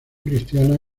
cristiana